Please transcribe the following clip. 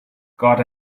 got